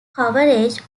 coverage